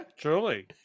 Truly